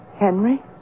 Henry